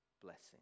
blessing